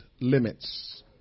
limits